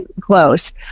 close